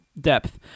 depth